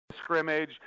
scrimmage